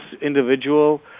individual